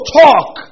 talk